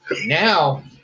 Now